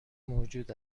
موجود